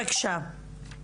ראשית,